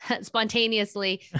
spontaneously